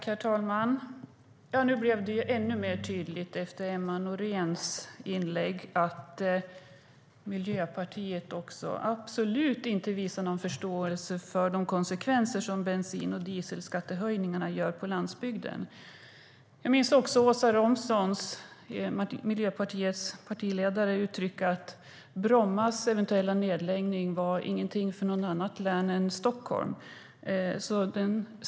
Herr talman! Efter Emma Nohréns inlägg blev det ännu mer tydligt att Miljöpartiet absolut inte visar någon förståelse för de konsekvenser som bensin och dieselskattehöjningarna får på landsbygden. Jag minns också att Miljöpartiets partiledare Åsa Romson uttryckte att Brommas eventuella nedläggning inte var en fråga för något annat län än Stockholm.